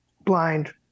blind